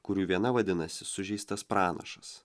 kurių viena vadinasi sužeistas pranašas